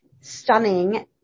stunning